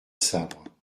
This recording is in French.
sabre